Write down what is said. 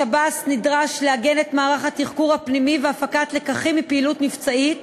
השב"ס נדרש לעגן את מערך התחקור הפנימי והפקת הלקחים מפעילות מבצעים,